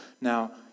Now